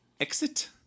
Exit